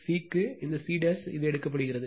c க்கு இந்த C இது எடுக்கப்படுகிறது